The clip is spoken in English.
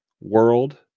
world